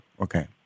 Okay